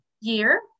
year